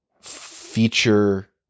feature